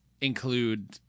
include